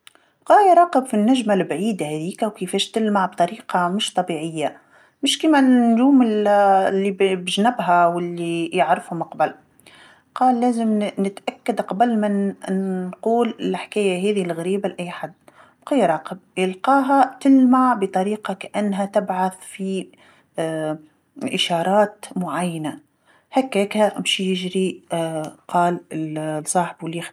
بقى يراقب في النجمه البعيده هاذيكا وكيفاش تلمع بطريقه مش طبيعيه، مش كيما الن-النجوم اللي ب- بجنبها واللي يعرفهم قبل، قال لازم نتأكد قبل ما ن- نقول الحكاية هاذي الغريبه لأي حد، بقى يراقب، يلقاها تلمع بطريقه كأنها تبعث في إشارات معينه، هكاكا مشى يجري قال لصاحبو اللي يخدم معاه.